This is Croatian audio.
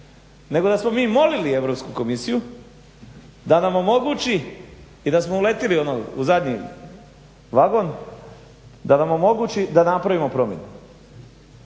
nego da smo mi molili Europsku komisiju da nam omogući i da smo uletjeli u zadnji vagon, da nam omogući da napravimo promjene